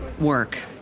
work